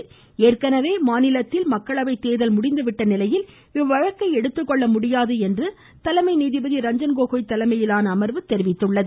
தமிழகத்தில் ஏற்கெனவே மக்களவை தேர்தல் முடிந்து விட்ட நிலையில் இவ்வழக்கை எடுத்துக்கொள்ள முடியாது என்று தலைமை நீதிபதி ரஞ்சன் கோகோய் தலைமையிலான அமர்வு தெரிவித்தது